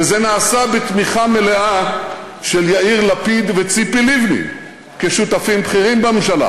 וזה נעשה בתמיכה מלאה של יאיר לפיד וציפי לבני כשותפים בכירים בממשלה,